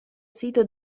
sito